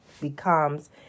becomes